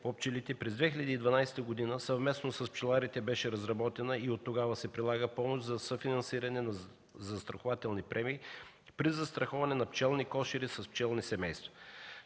по пчелите, през 2012 г. съвместно с пчеларите беше разработена и оттогава се прилага помощ за съфинансиране за застрахователни премии при застраховане на пчелни кошери с пчелни семейства,